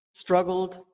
struggled